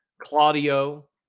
Claudio